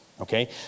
Okay